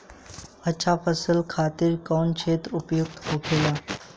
अच्छा फसल खातिर कौन क्षेत्र उपयुक्त होखेला?